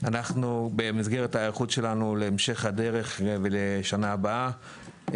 אנחנו במסגרת ההיערכות שלנו להמשך הדרך ולשנה הבאה,